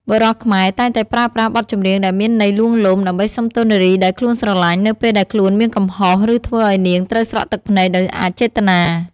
បុរសខ្មែរតែងតែប្រើប្រាស់បទចម្រៀងដែលមានន័យលួងលោម ដើម្បីសុំទោសនារីដែលខ្លួនស្រឡាញ់ នៅពេលដែលខ្លួនមានកំហុស ឬធ្វើឱ្យនាងត្រូវស្រក់ទឹកភ្នែកដោយអចេតនា។